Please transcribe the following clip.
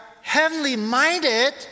heavenly-minded